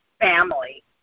family